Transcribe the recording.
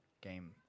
game